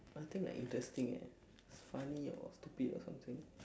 nothing like interesting eh funny or stupid or something